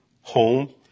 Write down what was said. home